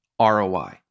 ROI